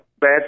bad